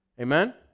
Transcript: Amen